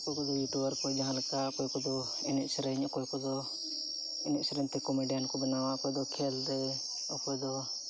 ᱚᱠᱚᱭ ᱠᱚᱫᱚ ᱤᱭᱩᱴᱤᱭᱩᱵᱟᱨ ᱠᱚ ᱡᱟᱦᱟᱸ ᱞᱮᱠᱟ ᱚᱠᱚᱭ ᱠᱚᱫᱚ ᱮᱱᱮᱡ ᱥᱮᱨᱮᱧ ᱚᱠᱚᱭ ᱠᱚᱫᱚ ᱮᱱᱮᱡ ᱥᱮᱨᱮᱧ ᱛᱮ ᱠᱚᱢᱮᱰᱤᱭᱟᱱ ᱠᱚ ᱵᱮᱱᱟᱣᱟ ᱚᱠᱚᱭ ᱠᱚᱫᱚ ᱠᱷᱮᱞ ᱨᱮ ᱚᱠᱚᱭ ᱫᱚ